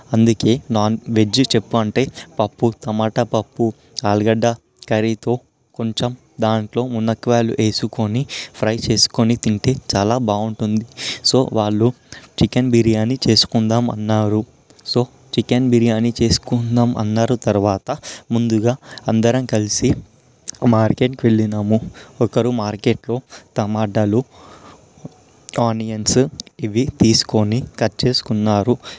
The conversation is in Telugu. అందుకే నాన్ వెజ్ చెప్పు అంటే పప్పు టమాట పప్పు ఆలుగడ్డ కర్రీతో కొంచెం దాంట్లో మునక్కాయలు వేసుకొని ఫ్రై చేసుకొని తింటే చాలా బాగుంటుంది సో వాళ్ళు చికెన్ బిర్యాని చేసుకుందాము అన్నారు సో చికెన్ బిర్యానీ చేసుకుందాము అన్నారు తరువాత ముందుగా అందరం కలిసి మార్కెట్కి వెళ్ళాము ఒకరు మార్కెట్లో టమాటాలు ఆనియన్స్ ఇవి తీసుకొని కట్ చేసుకున్నారు